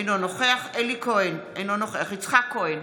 אינו נוכח אלי כהן, אינו נוכח יצחק כהן,